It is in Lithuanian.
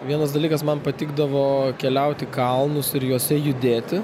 vienas dalykas man patikdavo keliaut į kalnus ir juose judėti